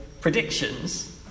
predictions